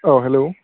औ हेल्ल'